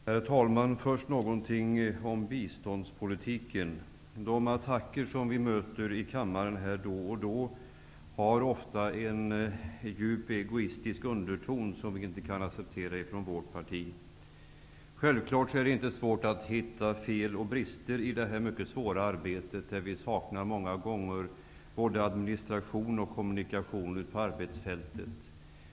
Herr talman! Först några ord om biståndspolitiken. De attacker som då och då görs här i kammaren har ofta en djup egoistisk underton som vi i vårt parti inte kan acceptera. Självfallet är det inte svårt att hitta fel och brister i det här mycket svåra arbetet, där det många gånger saknas både administration och kommunikation ute på arbetsfältet.